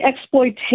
exploitation